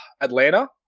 Atlanta